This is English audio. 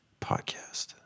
podcast